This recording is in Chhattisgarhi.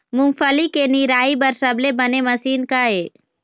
मूंगफली के निराई बर सबले बने मशीन का ये?